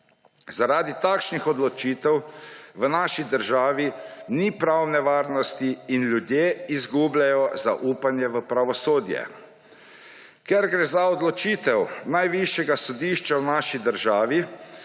Zaradi takšnih odločitev v naši državi ni pravne varnosti in ljudje izgubljajo zaupanje v pravosodje. Ker gre za odločitev najvišjega sodišča v naši državi,